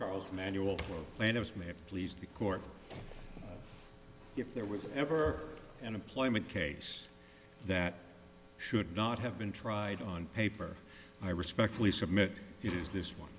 charles manual and it's may have please the court if there was ever an employment case that should not have been tried on paper i respectfully submit it is this one